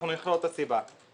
אנחנו נכלול את הסיבה.